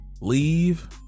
leave